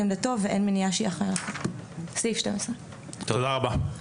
עמדתו ואין מניעה --- סעיף 12. תודה רבה.